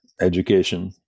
education